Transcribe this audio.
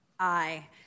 Aye